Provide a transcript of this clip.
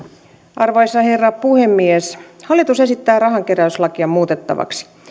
arvoisa herra puhemies hallitus esittää rahankeräyslakia muutettavaksi